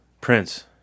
Prince